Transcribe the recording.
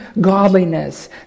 godliness